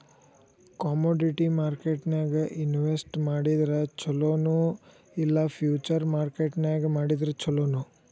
Commodity ಮಾರ್ಕೆಟ್ನ್ಯಾಗ್ invest ಮಾಡಿದ್ರ ಛೊಲೊ ನೊ ಇಲ್ಲಾ ಫ್ಯುಚರ್ ಮಾರ್ಕೆಟ್ ನ್ಯಾಗ್ ಮಾಡಿದ್ರ ಛಲೊನೊ?